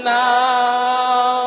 now